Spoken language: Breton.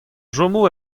chomo